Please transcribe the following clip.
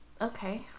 Okay